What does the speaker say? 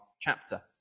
chapter